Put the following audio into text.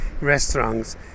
restaurants